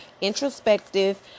introspective